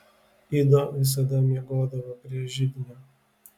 ido visada miegodavo prie židinio